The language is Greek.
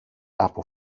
από